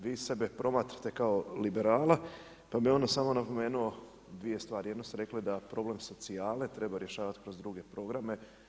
Vi sebe promatrate kao liberala, pa bih ono samo napomenuo dvije stvari, jednu ste rekli da problem socijale treba rješavati kroz druge programe.